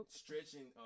stretching